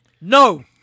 No